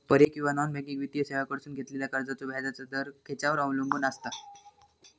पर्यायी किंवा non banking वित्तीय सेवांकडसून घेतलेल्या कर्जाचो व्याजाचा दर खेच्यार अवलंबून आसता?